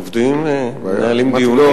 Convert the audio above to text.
עובדים, מנהלים דיונים.